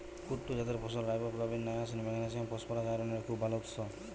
কুট্টু জাতের ফসল riboflavin, niacin, magnesium, phosphorus, আয়রনের খুব ভাল উৎস